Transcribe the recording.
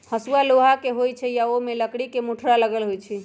हसुआ लोहा के होई छई आ ओमे लकड़ी के मुठरा लगल होई छई